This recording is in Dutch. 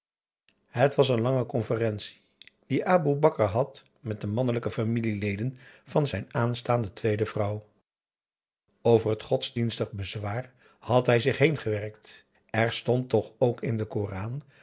het was een lange conferentie die aboe bakar had met de mannelijke familieleden van zijn aanstaande tweede vrouw over het godsdienstig bezwaar had hij zich heengewerkt er stond toch ook in den koran